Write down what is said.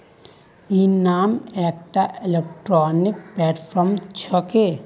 इनाम एकटा electronic platform छेक